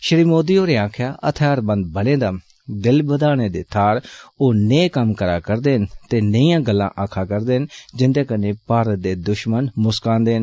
श्री मोदी होरें आक्खेआ हथिआरबंद बलें दा दिल बधाने दते थाहर ओ नेह् कम्म करै दे न ते नेइयां गल्लां आखै दे न जिन्दे कन्ने भारत दे दुष्मनें मुस्कांदे न